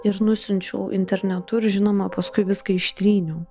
ir nusiunčiau internetu ir žinoma paskui viską ištryniau